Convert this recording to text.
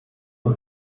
uma